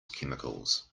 chemicals